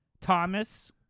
Thomas